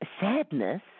sadness